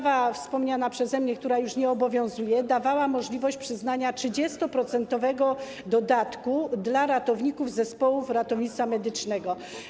Wspomniana przeze mnie ustawa, która już nie obowiązuje, dawała możliwość przyznania 30-procentowego dodatku ratownikom zespołów ratownictwa medycznego.